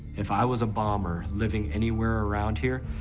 if i was a bomber living anywhere around here,